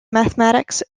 mathematics